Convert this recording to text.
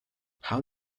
how